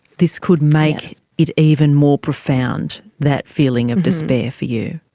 this could make it even more profound, that feeling of despair for you.